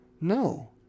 no